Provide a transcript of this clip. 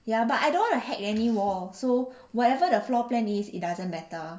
ya but I don't want to hack any wall so whatever the floor plan is it doesn't matter